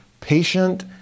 patient